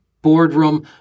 boardroom